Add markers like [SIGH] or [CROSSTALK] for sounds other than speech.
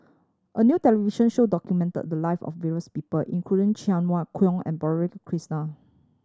a new television show documented the live of various people including Cheng Wai Keung and [UNINTELLIGIBLE] Krishnan